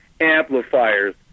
amplifiers